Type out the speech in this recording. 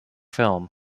film